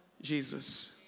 Jesus